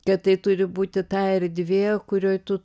kad tai turi būti ta erdvė kurioj tu